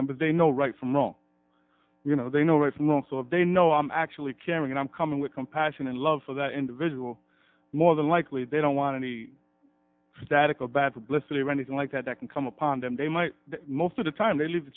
members they know right from wrong you know they know right from wrong so they know i'm actually caring and i'm coming with compassion and love for that individual more than likely they don't want any static or bad publicity or anything like that that can come upon them they might most of the time their live